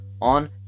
on